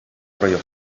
rollo